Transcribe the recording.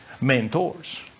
mentors